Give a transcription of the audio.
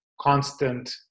constant